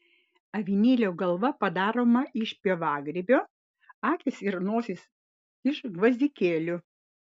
avinėlio galva padaroma iš pievagrybio akys ir nosis iš gvazdikėlių